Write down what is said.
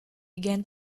began